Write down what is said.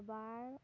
ᱟᱵᱟᱨ